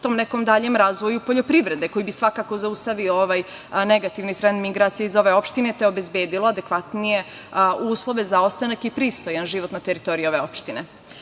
tom nekom daljem razvoju poljoprivrede, koji bi svakako zaustavio ovaj negativni trend migracije iz ove opštine, te obezbedila adekvatnije uslove za ostanak i pristojan život na teritoriji ove opštine. Ono